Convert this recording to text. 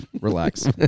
Relax